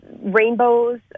rainbows